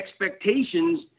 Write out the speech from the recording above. expectations